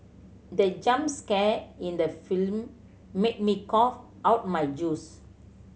the jump scare in the film made me cough out my juice